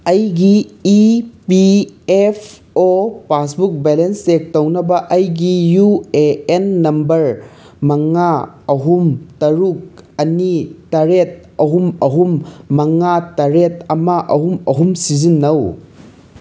ꯑꯩꯒꯤ E P F O passbook balance check ꯇꯧꯅꯕ ꯑꯩꯒꯤ ꯌꯨ ꯑꯦ ꯑꯦꯟ ꯅꯝꯕꯔ ꯃꯉꯥ ꯑꯍꯨꯝ ꯇꯔꯨꯛ ꯑꯅꯤ ꯇꯔꯦꯠ ꯑꯍꯨꯝ ꯑꯍꯨꯝ ꯃꯉꯥ ꯇꯔꯦꯠ ꯑꯃ ꯑꯍꯨꯝ ꯑꯍꯨꯝ ꯁꯤꯖꯤꯟꯅꯧ